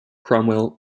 cromwell